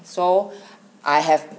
so I have